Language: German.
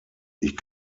ich